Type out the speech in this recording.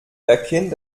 erkennt